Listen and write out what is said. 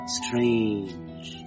strange